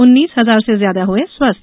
उन्नीस हजार से ज्यादा हुए स्वस्थ